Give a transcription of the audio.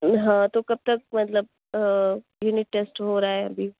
ہاں تو کب تک مطلب یونٹ ٹیسٹ ہو رہا ہے ابھی